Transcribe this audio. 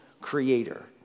creator